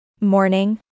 Morning